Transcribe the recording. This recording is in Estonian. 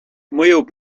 mõjub